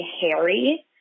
Harry